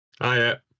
Hiya